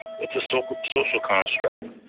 it's a social social construct.